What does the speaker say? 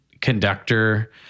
conductor